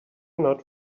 not